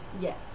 Yes